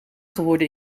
geworden